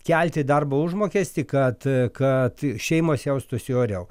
kelti darbo užmokestį kad kad šeimos jaustųsi oriau